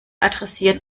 adressieren